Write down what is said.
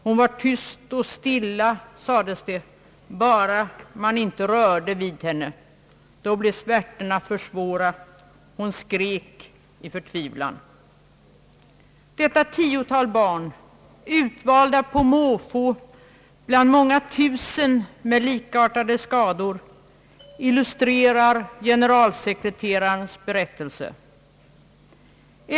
Hon var tyst och stilla, sades det, bara man inte rörde vid henne. Då blev smärtorna för svåra och hon skrek i förtvivlan. Detta tiotal barn, utvalda på måfå bland många tusen med likartade skador, illustrerar generalsekreterarens berättelse.